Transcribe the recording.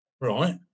right